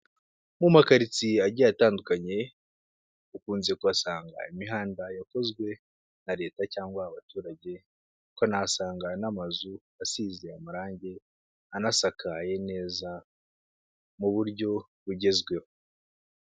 Mu makaritsiye agiye atandukanye ukunze kuhasanga imihanda yakozwe na leta cyangwa abaturage, ukanahasanga n'amazu asize amarangi anasakaye neza mu buryo bugezweho.